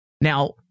Now